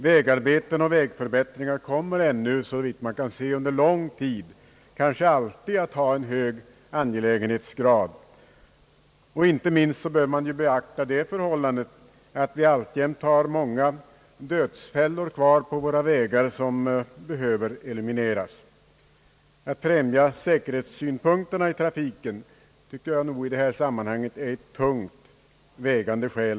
Vägarbeten och vägförbättringar kommer, såvitt man kan se, ännu under lång tid och kanske alltid att ha en hög angelägenhetsgrad. Inte minst bör man beakta det förhållandet att det alltjämt finns många dödsfällor kvar på våra vägar, vilka bör elimineras. Främjandet av säkerheten i trafiken tycker jag bör beaktas såsom ett tungt vägande skäl.